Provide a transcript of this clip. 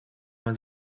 man